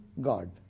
god